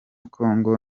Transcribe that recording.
kongo